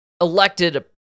elected